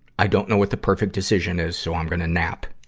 i don't know what the perfect decision is, so i'm gonna nap.